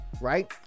Right